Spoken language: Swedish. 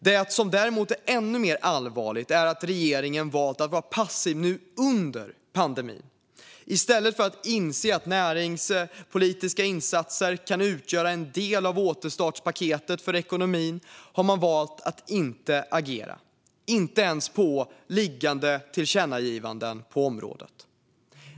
Det som däremot är ännu mer allvarligt är att regeringen har valt att vara passiv under pandemin. I stället för att inse att näringspolitiska insatser kan utgöra en del av återstartspaketet för ekonomin har man valt att inte agera, inte ens på liggande tillkännagivanden på området.